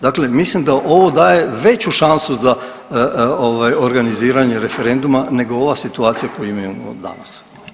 Dakle, mislim da ovo daje veću šansu za ovaj organiziranje referenduma nego ova situacija koju mi imamo danas.